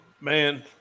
man